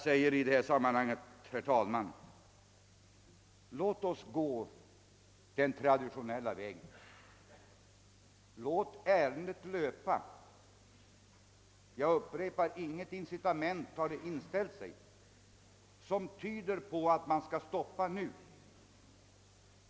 I detta sammanhang, herr talman, säger jag: Låt oss gå den traditionella vägen! Låt ärendet löpa! Jag upprepar att inget incitament har inställt sig som tyder på att man skall stoppa nu.